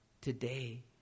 today